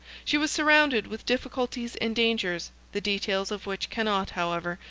she was surrounded with difficulties and dangers, the details of which can not, however,